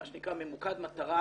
מה שנקרא ממוקד מטרה,